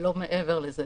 ולא מעבר לזה.